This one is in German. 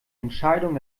entscheidung